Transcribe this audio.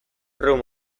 room